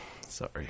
Sorry